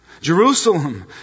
Jerusalem